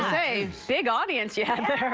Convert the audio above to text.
a sig audience you